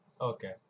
Okay